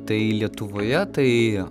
tai lietuvoje tai